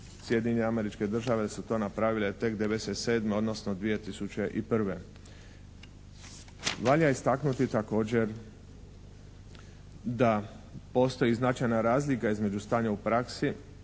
Sjedinjenje Američke Države su to napravile tek '97. odnosno 2001. Valja istaknuti također da postoji značajna razlika između stanja u praksi